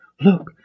Look